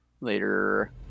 Later